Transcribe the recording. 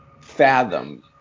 fathom